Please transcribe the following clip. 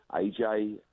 AJ